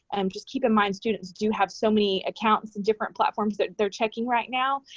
um just keep in mind, students do have so many accounts in different platforms that they're checking right now,